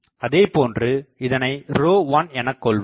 அதைப்போன்று இதனை 1 எனக்கொள்வோம்